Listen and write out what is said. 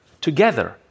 Together